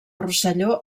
rosselló